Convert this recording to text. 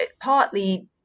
Partly